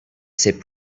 c’est